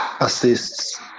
assists